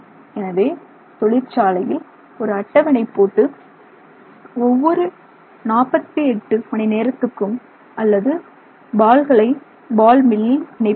எனவே தொழிற்சாலையில் ஒரு அட்டவணை போட்டு ஒவ்வொரு 48 மணி நேரத்துக்கும் அல்லது பால்களை பால் மில்லில் இணைப்பார்கள்